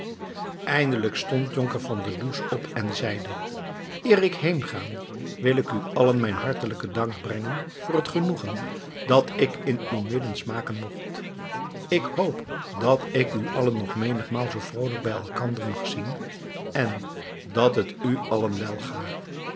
eindelijk stond jonker van der does op en zeide eer ik heenga wil ik u allen mijnen hartelijken dank brengen voor het genoegen dat ik in uw midden smaken mocht ik hoop dat ik u allen nog menigmaal zoo vroolijk bij elkander mag zien en dat het u allen welga